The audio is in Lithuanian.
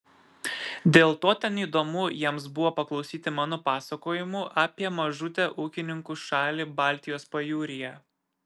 dėl to ten įdomu jiems buvo paklausyti mano pasakojimų apie mažutę ūkininkų šalį baltijos pajūryje